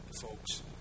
folks